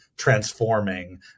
transforming